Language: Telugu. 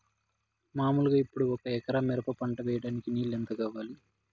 మామూలుగా ఇప్పుడు ఒక ఎకరా మిరప పంట వేయడానికి నీళ్లు ఎంత కావాలి?